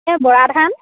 এই বৰা ধান